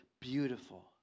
beautiful